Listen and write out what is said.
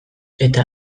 eta